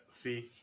See